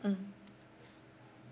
mm